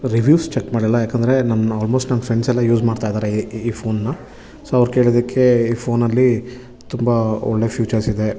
reviews check ಮಾಡಲ್ಲ ಏಕೆಂದ್ರೆ ನನ್ನ ಆಲ್ಮೋಶ್ಟ್ ನನ್ನ ಫ್ರೆಂಡ್ಸ್ ಎಲ್ಲ ಯೂಸ್ ಮಾಡ್ತಾಯಿದ್ದಾರೆ ಈ ಈ ಫೋನನ್ನು ಸೊ ಅವ್ರು ಕೇಳಿದ್ದಕ್ಕೆ ಈ ಫೋನಲ್ಲಿ ತುಂಬ ಒಳ್ಳೆ ಫ್ಯೂಚರ್ಸ್ ಇದೆ